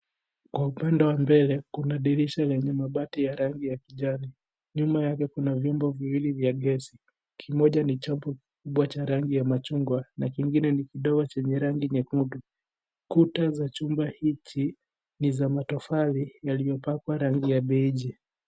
Kwa upande wa mbele kuna dirisha lenye mabati ya rangi ya kijani nyuma yake kuna vyombo viwili vya gesi kimoja ni cha rangi ya machungwa na kingine ni kidogo chenye rangi nyekundu kuta za chumba hiki ni ya matofali yaliyopakwa rangi ya pinki.